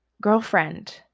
girlfriend